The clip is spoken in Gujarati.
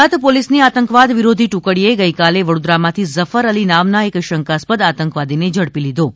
ગુજરાત પોલીસની આતંકવાદ વિરોધી ટુકડીએ ગઈકાલે વડોદરામાંથી ઝફર અલી નામના એક શંકાસ્પદ આતંકવાદીને ઝડપી લીધો છે